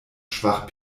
schwach